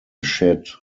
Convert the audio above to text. shed